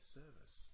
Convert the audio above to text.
service